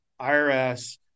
IRS